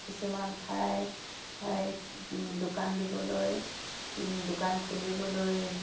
কিছুমান ঠাই দোকান দিবলৈ দোকান খুলিবলৈ